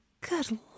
good